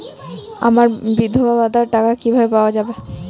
বিধবা ভাতার টাকা কিভাবে পাওয়া যাবে?